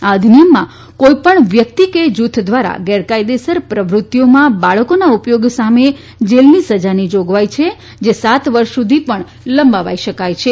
આ અધિનિયમમાં કોઇ પણ વ્યક્તિ કે જૂથ દ્વારા ગેરકાયદેસર પ્રવૃત્તિઓમાં બાળકોના ઉપયોગ સામે જેલની સજાની જોગવાઇ છે જે સાત વર્ષ સુધી પણ લંબાવાઇ શકાય છે